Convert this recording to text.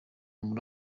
muri